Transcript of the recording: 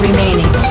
Remaining